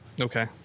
Okay